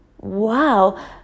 Wow